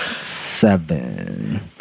Seven